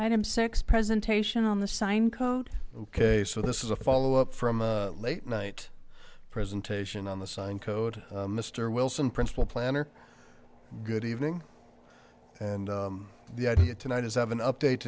item six presentation on the sign code ok so this is a follow up from a late night presentation on the sun code mr wilson principal planner good evening and the idea tonight is of an update